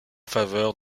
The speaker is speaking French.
faveur